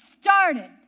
started